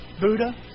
Buddha